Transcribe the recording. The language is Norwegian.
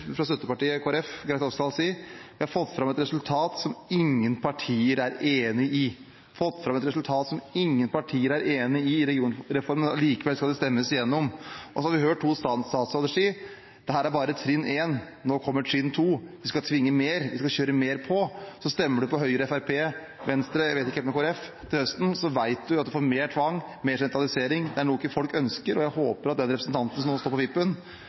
fra støttepartiet Kristelig Folkeparti Geir Sigbjørn Toskedal si at vi har fått fram et resultat «som ingen partier er enige i». En har fått fram et resultat «som ingen partier er enige i» når det gjelder regionreformen, og allikevel skal det stemmes igjennom. Så har vi hørt to statsråder si: Dette er bare trinn 1, nå kommer trinn 2, vi skal tvinge mer, vi skal kjøre mer på. Så stemmer du på Høyre, Fremskrittspartiet, Venstre – jeg vet ikke helt med Kristelig Folkeparti – til høsten, vet du at du får mer tvang, mer sentralisering. Det er noe folk ikke ønsker, og jeg håper at den representanten som nå står på vippen,